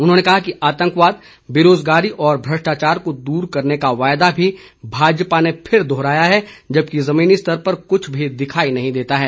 उन्होंने कहा कि आतंकवाद बेरोजगारी और भ्रष्टाचार को दूर करने का वायदा भी भाजपा ने फिर दोहराया है जबकि जमीनी स्तर पर कुछ भी दिखाई नहीं देता है